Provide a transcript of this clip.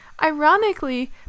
ironically